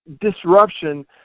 disruption